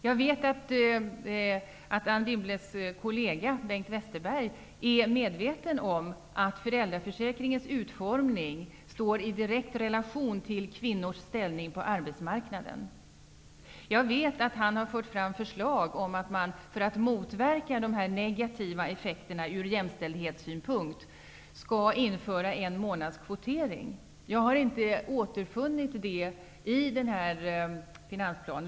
Jag vet att Anne Wibbles kollega Bengt Westerberg är medveten om att föräldraförsäkringens utformning står i direkt relation till kvinnors ställning på arbetsmarknaden. Jag vet att han har lagt fram förslag om att införa en månadskvotering för att från jämställdhetssynpunkt motverka de negativa effekterna. Jag har inte återfunnit det förslaget i finansplanen.